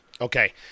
Okay